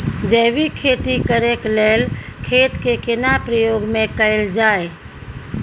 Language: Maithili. जैविक खेती करेक लैल खेत के केना प्रयोग में कैल जाय?